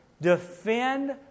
Defend